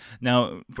now